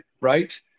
right